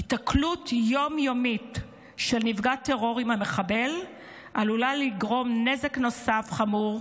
היתקלות יום-יומית של נפגע טרור עם המחבל עלולה לגרום לנפגע